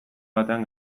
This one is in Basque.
batean